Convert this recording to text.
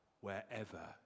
wherever